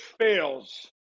fails